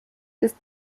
ist